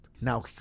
Now